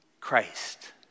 Christ